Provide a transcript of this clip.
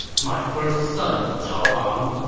my first son cao ang,